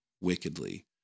wickedly